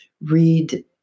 read